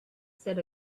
said